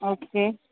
okay